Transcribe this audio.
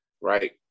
right